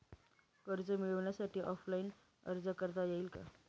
कर्ज मिळण्यासाठी ऑफलाईन अर्ज करता येईल का?